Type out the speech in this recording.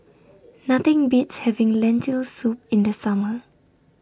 Nothing Beats having Lentil Soup in The Summer